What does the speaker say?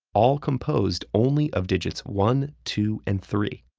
all composed only of digits one, two, and three,